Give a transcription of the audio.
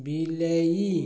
ବିଲେଇ